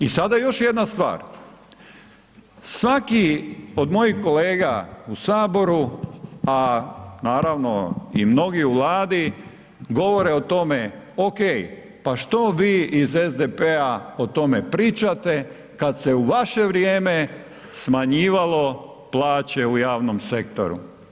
I sada još jedna stvar, svaki od mojih kolega u saboru, a naravno i mnogi u Vladi govore o tome, ok pa što vi iz SDP-a o tome pričate kad se u vaše vrijeme smanjivalo plaće u javnom sektoru.